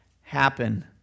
happen